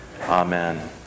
Amen